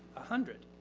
a hundred,